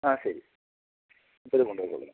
ആ ശരി ഇപ്പം ഇത് കൊണ്ടു പൊക്കോളൂ